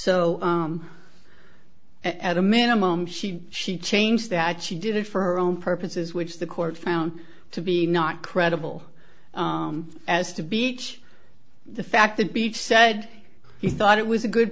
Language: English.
o at a minimum she she changed that she did it for her own purposes which the court found to be not credible as to be each the fact that beach said he thought it was a good